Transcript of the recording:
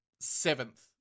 seventh